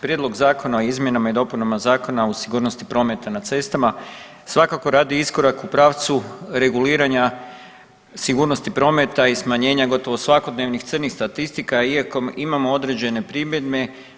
Prijedlog zakona o izmjenama i dopunama Zakona o sigurnosti prometa na cestama svakako radi iskorak u pravcu reguliranja sigurnosti prometa i smanjenja gotovo svakodnevnih crnih statistika, iako imamo određene primjedbe.